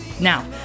Now